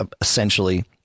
essentially